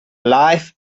life